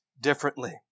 differently